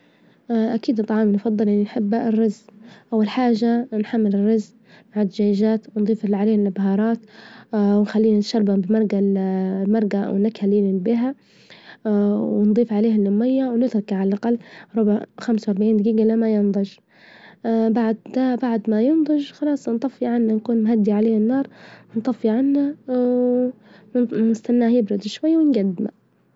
أكيد الطعام المفظل إللي أحبه الرز، أول حاجة نحمر الرز مع الدجاجات ونظيف إللي عليه البهارات، ونخليه نشربه بالمرجة أوالنكهة إللي نعمل بيها، ونظيف عليهن مية ونتركه على الأجل ربع- خمسة وأربعين دجيجة لما ينظج، بعد ما ينظج خلاص نطفي عنه ونكون مهدي عليه النار، نطفي عنه نستناه يبرد شوي ونجدمه.